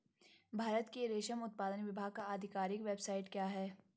भारत के रेशम उत्पादन विभाग का आधिकारिक वेबसाइट क्या है?